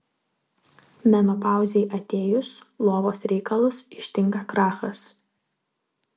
menopauzei atėjus lovos reikalus ištinka krachas